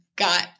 got